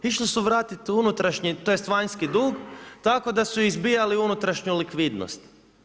Išli su vratiti unutrašnji, tj. vanjski dug, tako da su izbijali unutrašnju likvidnost.